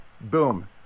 boom